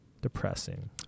depressing